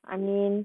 I mean